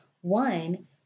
one